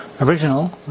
original